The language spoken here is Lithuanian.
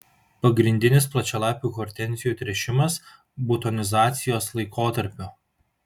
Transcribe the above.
pagrindinis plačialapių hortenzijų tręšimas butonizacijos laikotarpiu